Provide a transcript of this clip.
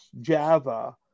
Java